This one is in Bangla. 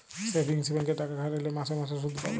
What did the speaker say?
সেভিংস ব্যাংকে টাকা খাটাইলে মাসে মাসে সুদ পাবে